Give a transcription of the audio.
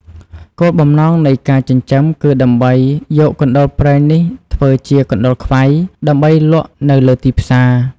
គោលបំណងនៃការចិញ្ចឹមគឺដើម្បីយកកណ្តុរព្រែងនេះធ្វើជាកណ្ដុរខ្វៃ ដើម្បីលក់នៅលើទីផ្សារ។